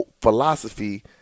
philosophy